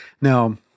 Now